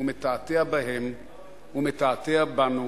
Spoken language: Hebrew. והוא מתעתע בהם ומתעתע בנו